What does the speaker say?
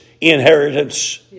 inheritance